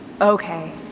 Okay